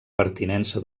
pertinença